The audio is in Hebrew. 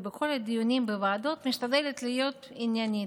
ובכל הדיונים בוועדות משתדלת להיות עניינית,